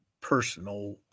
personal